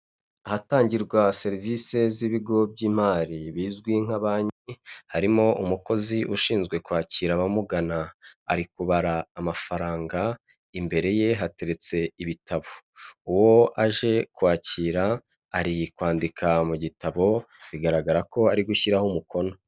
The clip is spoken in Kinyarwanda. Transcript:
Ahatangirwa serivise z'ibigo by'imari bizwi nka banki, harimo umukozi ushinzwe kwakira abamugana. Ari kubara amafaranga, imbere ye hateretse ibitabo. Uwo aje kwakira ari kwandika mu gitabo, bigaragara ko ari gushyiraho umukono.